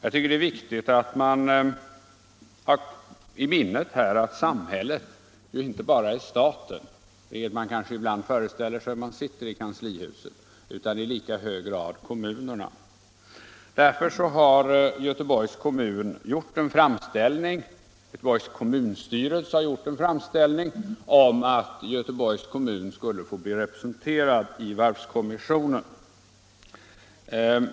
Det är viktigt att man här har i minnet att samhället inte bara är staten, som man kanske ibland föreställer sig om man sitter i kanslihuset, utan i lika hög grad kommunerna. Därför har Göteborgs kommunstyrelse gjort en framställning om att kommunen skulle bli representerad i varvskommissionen.